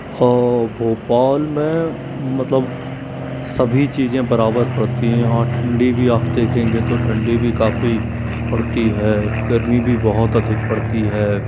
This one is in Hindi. और भोपाल में मतलब सभी चीज़ें बराबर पड़ती हैं यहाँ ठंडी भी आप देखेंगे तो ठंडी भी काफ़ी पड़ती है गर्मी भी बहुत अधिक पड़ती है